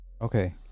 Okay